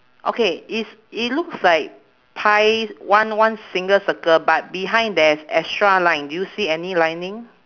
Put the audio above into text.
okay is it looks like pie one one single circle but behind there's extra line do you see any lining